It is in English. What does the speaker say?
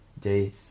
Day